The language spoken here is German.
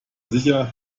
sicher